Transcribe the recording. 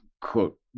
quote